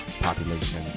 Population